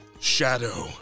Shadow